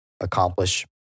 accomplish